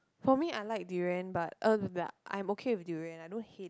for me I like durian but I'm okay with durian I don't hate